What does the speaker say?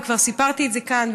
וכבר סיפרתי את זה כאן,